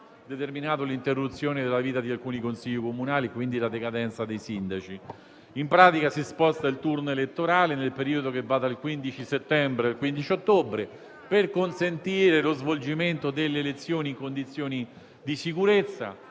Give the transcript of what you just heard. determinato l'interruzione della vita di alcuni Consigli comunali e quindi la decadenza dei sindaci. In pratica, si sposta il turno elettorale nel periodo che va dal 15 settembre al 15 ottobre, per consentire lo svolgimento delle elezioni in condizioni di sicurezza,